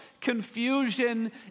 confusion